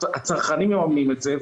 הצרכנים מממנים את זה.